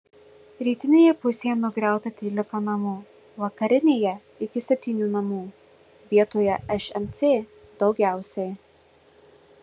rytinėje pusėje nugriauta trylika namų vakarinėje iki septynių namų vietoje šmc daugiausiai